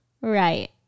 Right